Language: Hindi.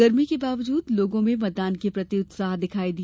गर्मी के बावजूद लोगों में मतदान के प्रति उत्साह दिखाई दिया